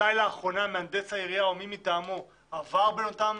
מתי לאחרונה מהנדס העיריה או מי מטעמו עבר באותם